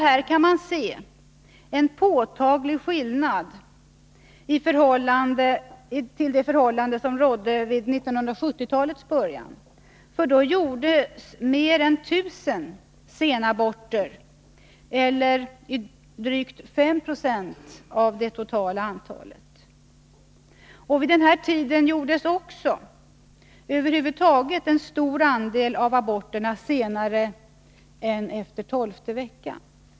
Här kan man se en påtaglig skillnad i förhållande till den situation som rådde vid 1970-talets början. Då gjordes mer än 1 000 senaborter eller drygt 5 20 av det totala antalet. Vid denna tid gjordes över huvud taget en stor andel av aborterna senare än efter tolfte veckan.